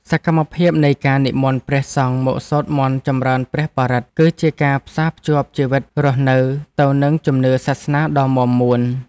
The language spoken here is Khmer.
សកម្មភាពនៃការនិមន្តព្រះសង្ឃមកសូត្រមន្តចម្រើនព្រះបរិត្ត គឺជាការផ្សារភ្ជាប់ជីវិតរស់នៅទៅនឹងជំនឿសាសនាដ៏មាំមួន។